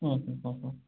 হ্যাঁ হ্যাঁ